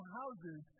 houses